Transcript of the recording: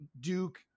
Duke